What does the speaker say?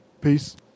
Peace